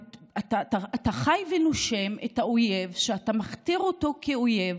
ואתה חי ונושם את האויב שאתה מכתיר אותו כאויב.